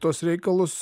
tuos reikalus